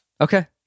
Okay